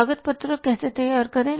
लागत पत्रक कैसे तैयार करें